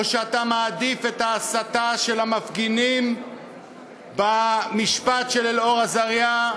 או שאתה מעדיף את ההסתה של המפגינים במשפט של אלאור אזריה,